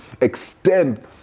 extend